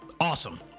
awesome